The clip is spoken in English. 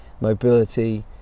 mobility